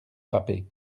frappés